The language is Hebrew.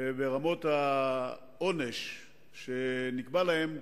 שרמת העונש שנקבע להם,